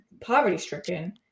poverty-stricken